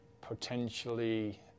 potentially